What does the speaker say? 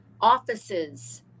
offices